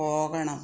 പോകണം